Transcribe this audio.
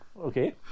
Okay